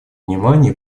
внимания